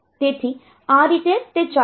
તેથી આ રીતે તે ચાલશે